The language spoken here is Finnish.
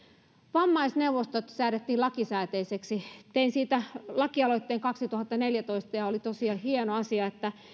vammaisneuvostot säädettiin lakisääteisiksi tein siitä lakialoitteen kaksituhattaneljätoista ja oli tosiaan hieno asia että